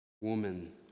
woman